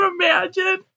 imagine